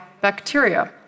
bacteria